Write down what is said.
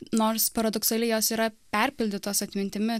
nors paradoksaliai jos yra perpildytos atmintimi